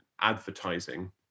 advertising